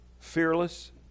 Fearless